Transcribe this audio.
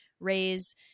raise